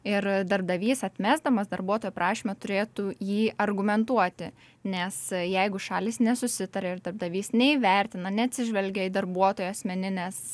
ir darbdavys atmesdamas darbuotojo prašymą turėtų jį argumentuoti nes jeigu šalys nesusitaria ir darbdavys neįvertina neatsižvelgia į darbuotojų asmenines